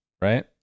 right